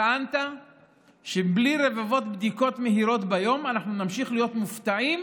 טענת שבלי רבבות בדיקות מהירות ביום נמשיך להיות מופתעים